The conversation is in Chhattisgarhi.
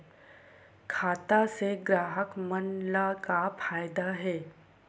खाता से ग्राहक मन ला का फ़ायदा हे?